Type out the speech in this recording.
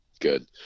Good